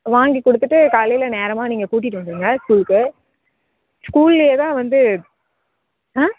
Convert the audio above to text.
வாங்கிக் கொடுத்துட்டு காலையில் நேரமாக நீங்கள் கூட்டிட்டு வந்துடுங்க ஸ்கூலுக்கு ஸ்கூலிலேயே தான் வந்து ஆ